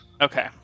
Okay